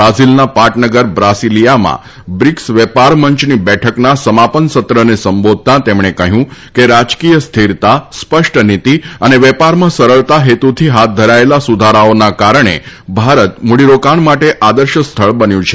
બ્રાઝિલના પાટનગર બ્રાસીલીયામાં બ્રીક્સ વેપાર મંચની બેઠકના સમાપન સત્રને સંબોધતાં તેમણે કહ્યું કે રાજકીય સ્થિરતા સ્પષ્ટનીતિ અને વેપારમાં સરળતા હેતુથી હાથ ધરાયેલા સુધારાઓના કારણે ભારત મૂડીરોકાણ માટે આદર્શ સ્થળ બન્યું છે